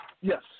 yes